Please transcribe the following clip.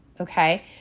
okay